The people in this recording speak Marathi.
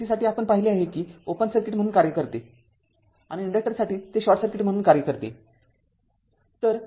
तर DC साठी आपण पाहिले आहे कि ओपन सर्किट म्हणून कार्य करते आणि इन्डक्टरसाठी ते शॉर्ट सर्किट म्हणून कार्य करते